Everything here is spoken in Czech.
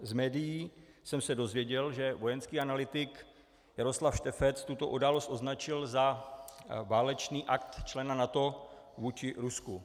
Z médií jsem se dozvěděl, že vojenský analytik Jaroslav Štefec tuto událost označil za válečný akt člena NATO vůči Rusku.